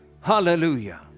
Hallelujah